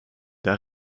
der